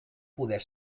poder